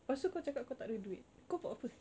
lepas tu kau cakap kau tak ada duit kau buat apa